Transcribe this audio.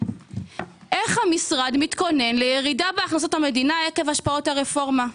איך המשרד מתכונן לירידה בהכנסות המדינה עקב השפעות הרפורמה?